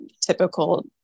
typical